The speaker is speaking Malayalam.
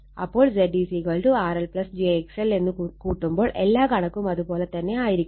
അപ്പോൾ Z RL j XL എന്നത് കൂട്ടുമ്പോൾ എല്ലാ കണക്കും അത് പോലെ തന്നെ ആയിരിക്കും